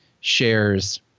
shares